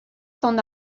son